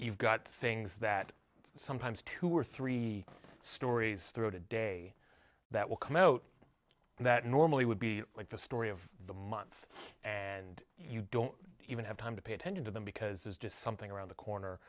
you've got things that sometimes two or three stories throughout a day that will come out that normally would be like the story of the month and you don't even have time to pay attention to them because there's just something around the corner